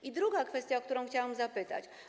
I druga kwestia, o którą chciałam zapytać.